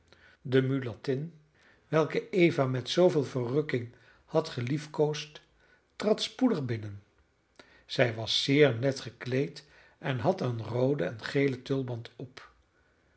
de mulattin welke eva met zooveel verrukking had geliefkoosd trad spoedig binnen zij was zeer net gekleed en had een rooden en gelen tulband op